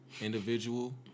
individual